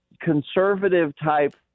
conservative-type